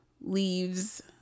leaves